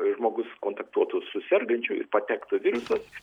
žmogus kontaktuotų su sergančiuoju patektų virusas